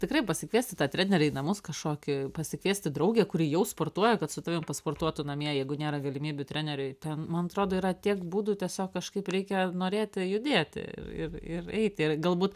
tikrai pasikviesti tą trenerį į namus kažkokį pasikviesti draugę kuri jau sportuoja kad su tavim pasportuotų namie jeigu nėra galimybių treneriui ten man atrodo yra tiek būdų tiesiog kažkaip reikia norėti judėti ir ir eiti ir galbūt